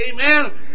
Amen